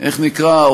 איך נקרא?